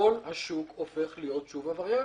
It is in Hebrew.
כל השוק הופך להיות שוב עבריין.